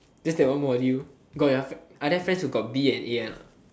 that's like one module got your other science you got B and A or not